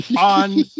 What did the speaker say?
On